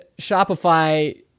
Shopify